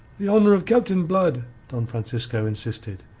the honour of captain blood, don francisco insisted.